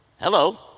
Hello